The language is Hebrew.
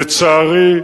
לצערי,